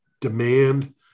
demand